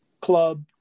club